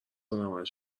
العملش